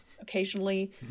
occasionally